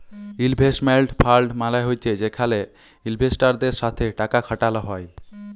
investment fund মালে হছে যেখালে ইলভেস্টারদের সাথে টাকা খাটাল হ্যয়